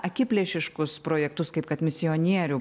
akiplėšiškus projektus kaip kad misionierių